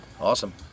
awesome